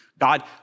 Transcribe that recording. God